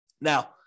Now